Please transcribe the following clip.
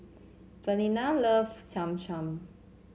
Valinda loves Cham Cham